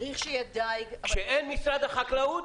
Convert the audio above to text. כשאין משרד החקלאות.